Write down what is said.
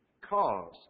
cause